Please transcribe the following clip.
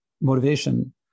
motivation